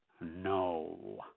no